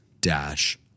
dash